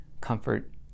comfort